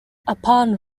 upon